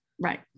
Right